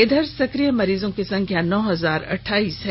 इधर सक्रिय मरीजों की संख्या नौ हजार अठाइस है